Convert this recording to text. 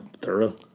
Thorough